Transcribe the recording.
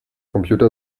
computer